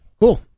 Cool